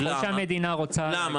ככל והמדינה רוצה --- למה?